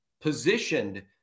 positioned